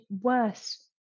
worse